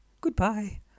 Goodbye